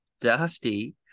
Dusty